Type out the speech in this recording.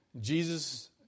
Jesus